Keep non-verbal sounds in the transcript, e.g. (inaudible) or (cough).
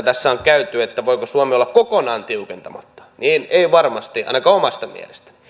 (unintelligible) tässä on käyty että voiko suomi olla kokonaan tiukentamatta että ei varmasti ainakaan omasta mielestäni